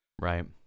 Right